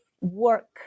work